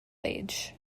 age